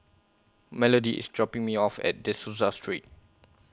Melodie IS dropping Me off At De Souza Street